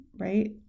right